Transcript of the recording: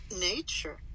nature